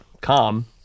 calm